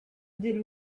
deal